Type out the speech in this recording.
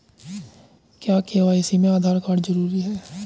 क्या के.वाई.सी में आधार कार्ड जरूरी है?